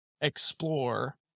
explore